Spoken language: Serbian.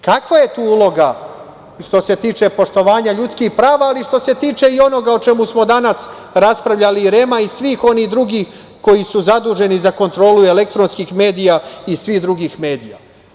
Kakva je tu uloga, što se tiče poštovanja ljudskih prava, ali što se tiče i onoga o čemu smo danas raspravljali, i REM-a i svih onih drugih koji su zaduženi za kontrolu elektronskih medija i svih drugih medija?